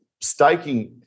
staking